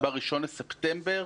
ב-1 בספטמבר